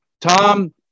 Tom